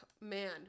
man